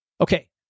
Okay